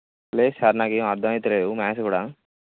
లేదు సార్ నాకు ఏమి అర్థం అవుతలేదు మ్యాథ్స్ కూడా